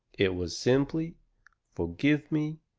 it was simply forgive me.